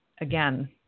again